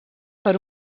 per